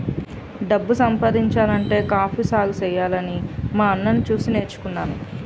డబ్బు సంపాదించాలంటే కాఫీ సాగుసెయ్యాలని మా అన్నని సూసి నేర్చుకున్నాను